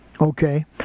Okay